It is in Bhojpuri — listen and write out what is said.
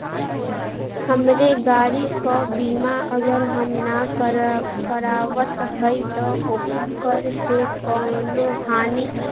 हमरे गाड़ी क बीमा अगर हम ना करावत हई त ओकर से कवनों हानि?